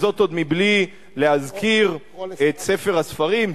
וזה עוד מבלי להזכיר את ספר-הספרים,